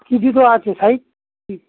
কী জুতো আছে সাইজ কী